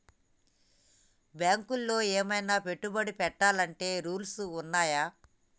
బ్యాంకులో ఏమన్నా పెట్టుబడి పెట్టాలంటే రూల్స్ ఉన్నయా?